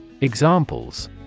Examples